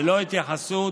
ללא התייחסות